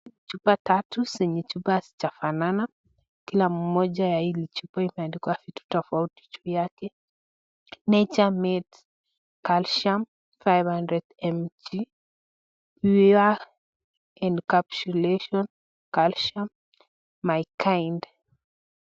Chupa tatu, zenye chupa hazijafanana, kilo moja ya hili chupa imeandikwa vitu tofauti juu yake. Nature madecalcium 500mg pure encapsulation calcium my kind .